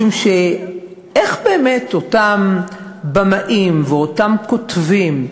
משום שבאמת אותם במאים ואותם כותבים,